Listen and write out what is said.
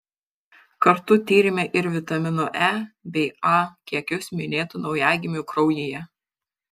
kartu tyrėme ir vitaminų e bei a kiekius minėtų naujagimių kraujyje